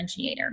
differentiator